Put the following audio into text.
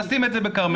'נשים את זה בכרמל,